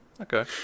Okay